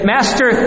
Master